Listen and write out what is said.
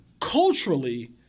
culturally